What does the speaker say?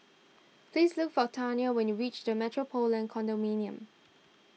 please look for Taniyah when you reach the Metropolitan Condominium